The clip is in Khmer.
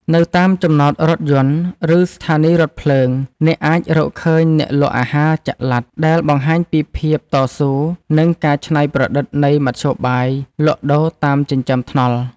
នៅតាមចំណតរថយន្ត ឬស្ថានីយរថភ្លើង អ្នកអាចរកឃើញអ្នកលក់អាហារចល័ត ដែលបង្ហាញពីភាពតស៊ូ និងការច្នៃប្រឌិតនៃមធ្យោបាយលក់ដូរតាមចិញ្ចើមថ្នល់។